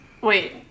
Wait